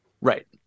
Right